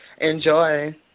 Enjoy